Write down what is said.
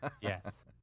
yes